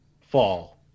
Fall